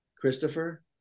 Christopher